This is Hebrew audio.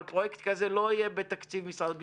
אבל פרויקט כזה לא יהיה בתקציב משרד הביטחון.